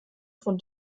von